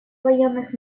военных